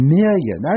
million